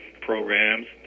programs